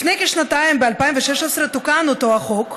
לפני כשנתיים, ב-2016, תוקן אותו החוק,